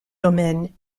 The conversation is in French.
domaine